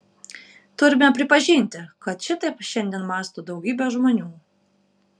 turime pripažinti kad šitaip šiandien mąsto daugybė žmonių